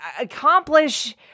accomplish